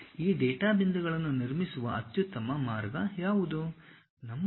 ಈ ಡೇಟಾ ಬಿಂದುಗಳನ್ನು ನಿರ್ಮಿಸುವ ಅತ್ಯುತ್ತಮ ಮಾರ್ಗ ಯಾವುದು